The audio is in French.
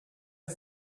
est